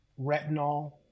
retinol